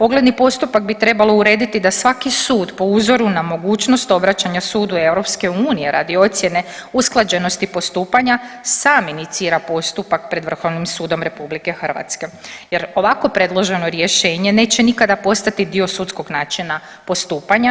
Ogledni postupak bi trebalo urediti da svaki sud, po uzoru na mogućnost obraćanja Sudu EU radi ocjene usklađenosti postupanja sam inicira postupak pred Vrhovnim sudom RH jer ovako predloženo rješenje neće nikada postati dio sudskog načina postupanja.